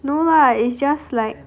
no lah it's just like